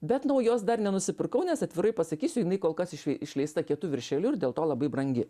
bet naujos dar nenusipirkau nes atvirai pasakysiu jinai kol kas iš išleista kietu viršeliu ir dėl to labai brangi